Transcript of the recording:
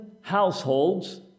households